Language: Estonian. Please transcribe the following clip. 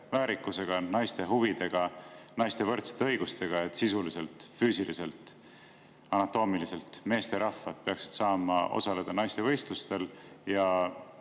väärikusega, naiste huvidega, naiste võrdsete õigustega ei ole kooskõlas see, et sisuliselt füüsiliselt, anatoomiliselt meesterahvad peaksid saama osaleda naiste võistlustel ja